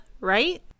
right